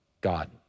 God